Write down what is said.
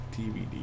DVD